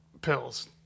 pills